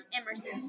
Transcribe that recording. Emerson